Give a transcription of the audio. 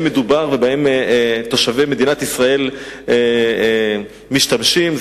מדובר ותושבי מדינת ישראל משתמשים בהן,